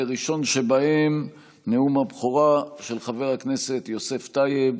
הראשון שבהם, נאום הבכורה של חבר הכנסת יוסף טייב.